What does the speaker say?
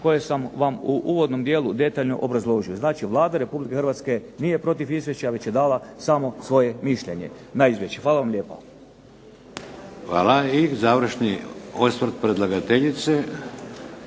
koje sam vam u uvodnom dijelu detaljno obrazložio. Znači Vlada Republike Hrvatske nije protiv izvješća već je dala samo svoje mišljenje na Izvješće. Hvala lijepa. **Šeks, Vladimir (HDZ)** Hvala. I završni osvrt predlagateljice